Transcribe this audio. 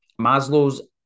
Maslow's